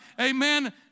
amen